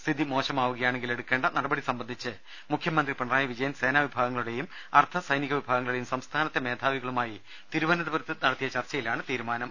സ്ഥിതി മോശമാവുകയാണെങ്കിൽ എടുക്കേണ്ട നടപടി സംബന്ധിച്ച് മുഖ്യമന്ത്രി പിണറായി വിജയൻ സേനാവിഭാഗങ്ങളുടെയും അർദ്ധസൈനിക വിഭാഗങ്ങളുടെയും സംസ്ഥാനത്തെ മേധാവികളുമായി തിരുവനന്തപുരത്ത് നടത്തിയ ചർച്ചയിലാണ് തീരുമാനം